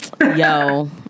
yo